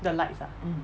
the lights ah